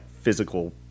physical